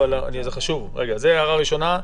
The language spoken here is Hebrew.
זו הערה ראשונה.